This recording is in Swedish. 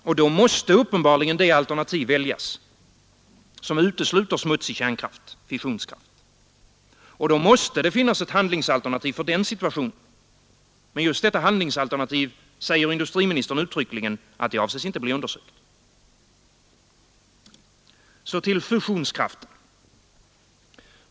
Då måste uppenbarligen det alternativ väljas som utesluter smutsig kärnkraft, fissionskraft. Och då måste det finnas ett handlingsalternativ för den situationen. Men om just detta handlingsalternativ säger industriministern uttryckligen att det avses inte bli undersökt. Så till fusionskraften.